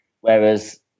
Whereas